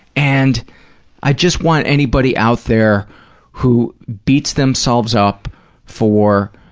and i just want anybody out there who beats themselves up for